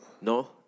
No